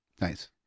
Nice